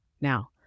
Now